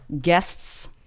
Guests